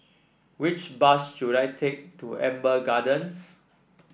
which bus should I take to Amber Gardens